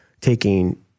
taking